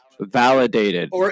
Validated